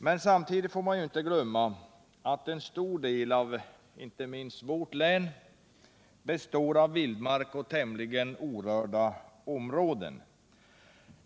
Men samtidigt får man ju inte glömma att en stor del av inte minst vårt län består av vildmark och tämligen orörda områden.